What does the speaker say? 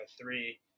three